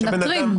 מנטרים.